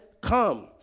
come